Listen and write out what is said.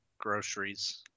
groceries